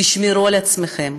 תשמרו על עצמכם,